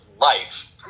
life